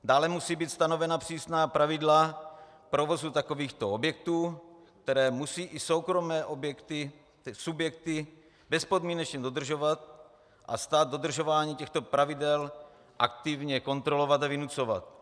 Dále musí být stanovena přísná pravidla provozu takovýchto objektů, která musí i soukromé subjekty bezpodmínečně dodržovat, a stát dodržování těchto pravidel aktivně kontrolovat a vynucovat.